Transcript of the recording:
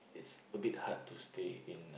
it's a bit hard to stay in